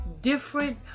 different